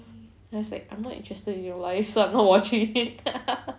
that's like I'm not interested in your life so I'm not watching it